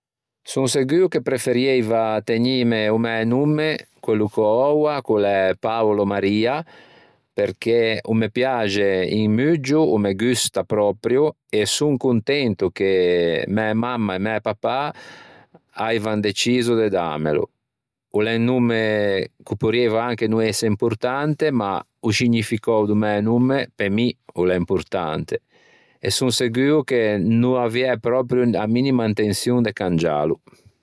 Son seguo che preferieiva tegnime o mæ nomme, quello ch'ò oua ch'ô l'é Paolo Maria perché o me piaxe un muggio o me gusta proprio e son contento che mæ mamma e mæ papà aivan deciso de dâmelo. O l'é un nomme ch'o porrieiva anche no ëse importante ma o scignificou do mæ nomme pe mi o l'é importante e son seguo che no aviæ proprio a minima intençion de cangiâlo.